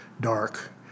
dark